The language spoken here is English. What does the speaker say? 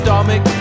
Stomach